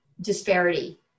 disparity